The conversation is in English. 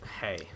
Hey